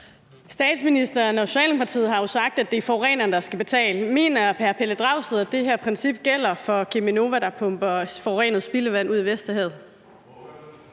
Statsministeren og Socialdemokratiet har jo sagt, at det er forureneren, der skal betale. Mener hr. Pelle Dragsted, at det her princip gælder for Cheminova, der pumper forurenet spildevand ud i Vesterhavet?